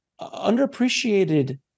underappreciated